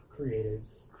creatives